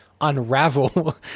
unravel